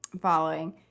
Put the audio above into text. following